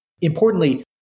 importantly